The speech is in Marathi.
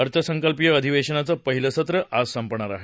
अर्थसंकल्पीय अधिवेशनाचं पहिलं सत्रं आज संपेल